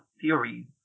theories